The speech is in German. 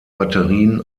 batterien